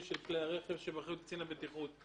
של כלי הרכב שבאחריות קצין הבטיחות.